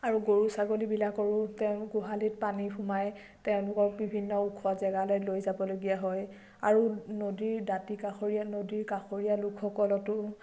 আৰু গৰু ছাগলীবিলাকৰো তেওঁ গোহালিত পানী সোমায় তেওঁলোকক বিভিন্ন ওখ জেগালৈ লৈ যাবলগীয়া হয় আৰু নদীৰ দাঁতি কাষৰীয়া নদীৰ কাষৰীয়া লোকসকলকতো